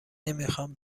نمیخوام